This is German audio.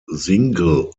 single